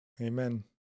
Amen